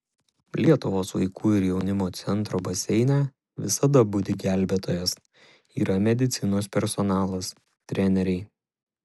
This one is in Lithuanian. lietuvos vaikų ir jaunimo centro baseine visada budi gelbėtojas yra medicinos personalas treneriai